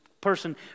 person